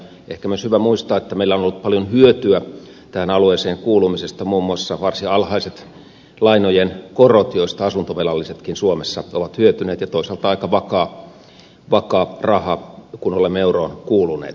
ehkä myös on hyvä muistaa että meillä on ollut paljon hyötyä tähän alueeseen kuulumisesta muun muassa varsin alhaiset lainojen korot joista asuntovelallisetkin suomessa ovat hyötyneet ja toisaalta aika vakaa raha kun olemme euroon kuuluneet